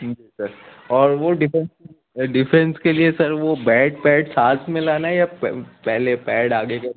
جی sir اور وہ ڈ ڈفس کے لیے سر وہ بیٹ پٹ ساتھ میں لانا ہے یا پہلے پیڈ آگے کے